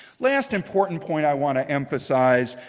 last important point i want to emphasize,